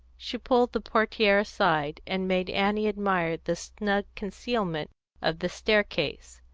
she pulled the portiere aside, and made annie admire the snug concealment of the staircase.